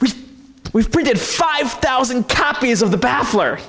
and we've printed five thousand copies of the bachelor